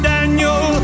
Daniel